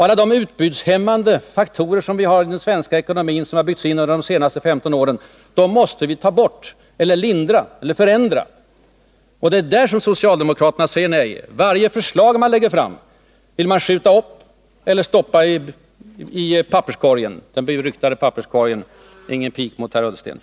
Alla de utbudshämmande faktorer som har byggts in i den svenska ekonomin under de senaste 15 åren måste vi ta bort eller lindra eller förändra. Det är där som socialdemokraterna säger nej. Varje förslag som man lägger fram vill de skjuta upp eller stoppa i den beryktade papperskorgen. — Förlåt, men det var ingen pik, Ola Ullsten.